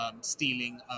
stealing